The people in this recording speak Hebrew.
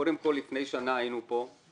קודם כל, לפני שנה היינו כאן,